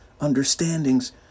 understandings